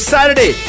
Saturday